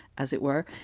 as it were,